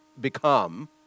become